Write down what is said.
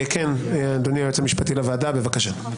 אדוני היועץ המשפטי לוועדה, בבקשה.